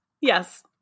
Yes